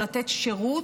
או לתת שירות,